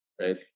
right